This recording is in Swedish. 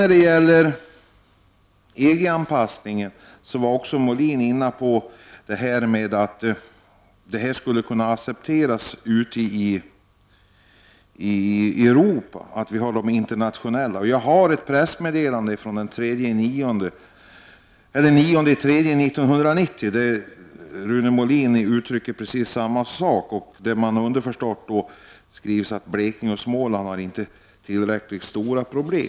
När det sedan gäller EG-anpassningen var Rune Molin inne på att regeringens förslag i propositionen skulle kunna accepteras ute i Europa. I ett pressmedelande från den 9 mars uttryckte Rune Molin ungefär samma sak, men enligt pressmedelandet skulle underförstått Blekinge och Småland inte ha tillräckligt stora problem.